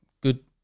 Good